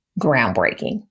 groundbreaking